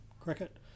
Cricket